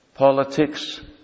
Politics